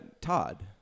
Todd